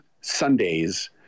Sundays